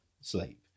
sleep